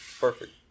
Perfect